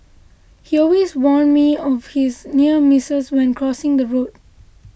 he always warn me of his near misses when crossing the road